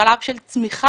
בשלב של צמיחה,